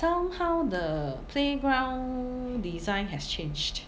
somehow the playground design has changed